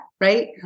right